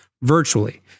virtually